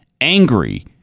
angry